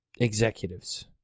executives